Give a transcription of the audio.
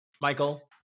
michael